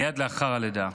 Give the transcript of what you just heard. מייד לאחר הלידה.